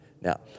Now